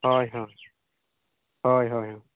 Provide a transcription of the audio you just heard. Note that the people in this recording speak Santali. ᱦᱳᱭ ᱦᱳᱭ ᱦᱳᱭ